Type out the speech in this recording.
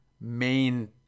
main